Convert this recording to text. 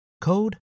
code